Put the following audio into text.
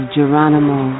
Geronimo